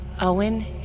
Owen